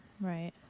Right